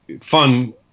fun